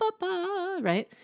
right